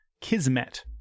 Kismet